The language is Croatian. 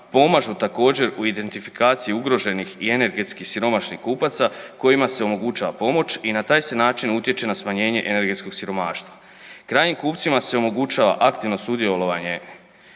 pomažu također u identifikaciji ugroženih i energetski siromašnih kupaca kojima se omogućava pomoć i na taj se način utječe na smanjenje energetskog siromaštva. Krajnjim kupcima se omogućava aktivno sudjelovanje